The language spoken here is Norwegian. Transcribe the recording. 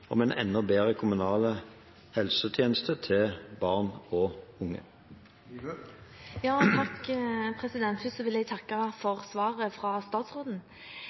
om en enda bedre kommunal helsetjeneste til barn og unge. Først vil jeg takke for svaret fra statsråden.